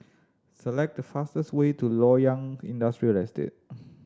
select the fastest way to Loyang Industrial Estate